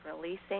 releasing